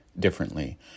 differently